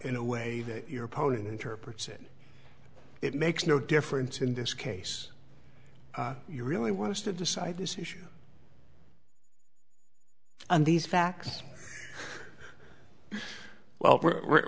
in a way that your opponent interprets it it makes no difference in this case you really want us to decide this issue on these facts well we're